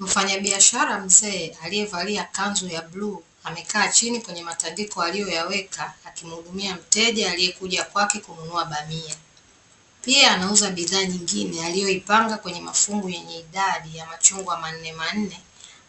Mfanyabiashara mzee aliyevalia kanzu ya bluu, amekaa chini kwenye matandiko aliyoyaweka akimuhudumia mteja aliyekuja kwake kununua bamia, pia anauza bidhaa nyingine aliyoipanga kwenye mafungu yenye idadi ya machungwa manne manne,